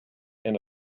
and